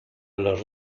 los